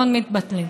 מאוד מתבטלים.